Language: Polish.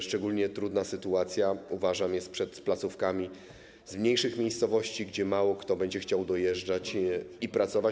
Szczególnie trudna sytuacja, uważam, jest przed placówkami z mniejszych miejscowości, gdzie mało kto będzie chciał dojeżdżać i pracować.